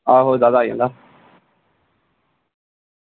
आहो जादा आई जंदा